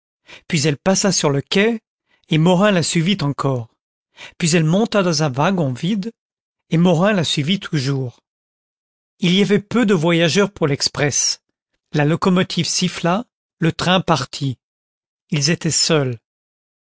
puis elle passa sur le quai et morin la suivit encore puis elle monta dans un wagon vide et morin la suivit toujours il y avait peu de voyageurs pour l'express la locomotive siffla le train partit ils étaient seuls